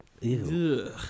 Ew